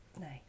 Nice